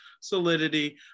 solidity